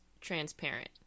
transparent